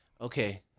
Okay